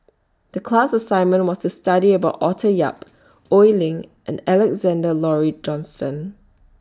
The class assignment was to study about Arthur Yap Oi Lin and Alexander Laurie Johnston